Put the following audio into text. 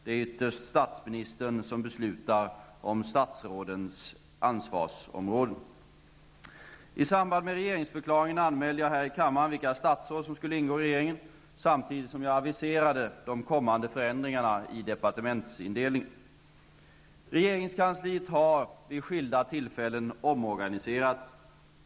Det är ytterst statsministern som beslutar om statsrådens ansvarsområden. I samband med regeringsförklaringen anmälde jag här i kammaren vilka statsråd som skulle ingå i regeringen, samtidigt som jag aviserade de kommande förändringarna i departementsindelningen. Regeringskansliet har vid skilda tillfällen omorganiserats.